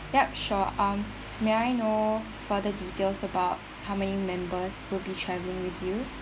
ya sure um may I know further details about how many members will be travelling with you